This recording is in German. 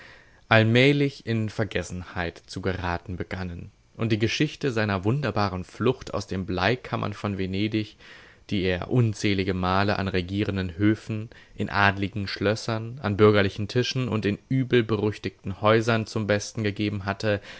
allmählich in vergessenheit zu geraten begannen und die geschichte seiner wunderbaren flucht aus den bleikammern von venedig die er unzählige male an regierenden höfen in adeligen schlössern an bürgerlichen tischen und in übelberüchtigten häusern zum besten gegeben hatte